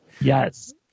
Yes